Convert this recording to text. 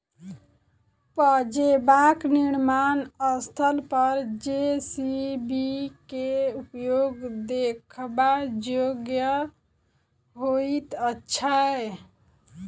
पजेबाक निर्माण स्थल पर जे.सी.बी के उपयोग देखबा योग्य होइत छै